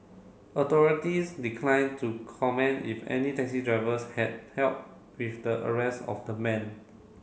authorities declined to comment if any taxi drivers had help with the arrest of the man